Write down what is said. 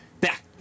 Back